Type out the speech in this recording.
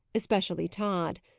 especially tod.